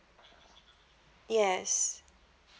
yes